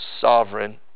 sovereign